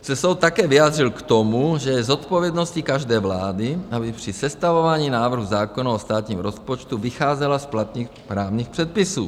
Soud se také vyjádřil k tomu, že je zodpovědností každé vlády, aby při sestavování návrhu zákona o státním rozpočtu vycházela z platných právních předpisů.